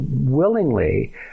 willingly